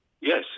yes